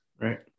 Right